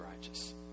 righteous